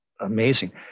amazing